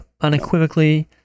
Unequivocally